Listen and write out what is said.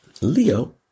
Leo